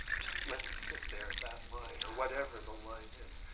just let it sit there at that line, or whatever the line is.